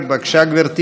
בבקשה, גברתי.